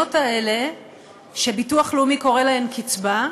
המזונות האלה שביטוח לאומי קורא להן קצבה,